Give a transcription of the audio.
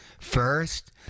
first